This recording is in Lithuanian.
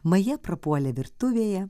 maja prapuolė virtuvėje